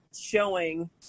showing